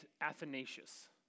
Athanasius